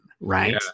right